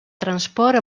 transport